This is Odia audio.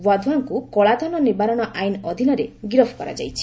ୱାଧ୍ୱାଙ୍କୁ କଳାଧନ ନିବାରଣ ଆଇନ୍ ଅଧୀନରେ ଗିରଫ କରାଯାଇଛି